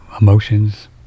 emotions